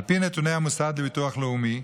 על פי נתוני המוסד לביטוח לאומי,